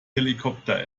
helikopter